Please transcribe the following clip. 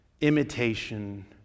imitation